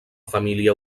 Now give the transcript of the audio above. família